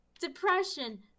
Depression